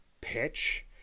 pitch